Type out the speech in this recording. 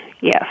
yes